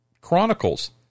chronicles